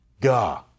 Gah